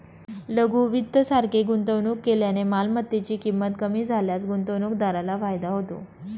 लघु वित्त सारखे गुंतवणूक केल्याने मालमत्तेची ची किंमत कमी झाल्यास गुंतवणूकदाराला फायदा होतो